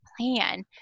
plan